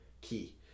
key